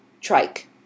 trike